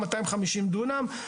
מאתיים חמישים דונם,